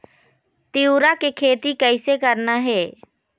तिऊरा के खेती कइसे करना हे?